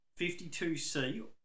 52C